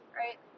right